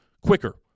quicker